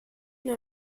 dans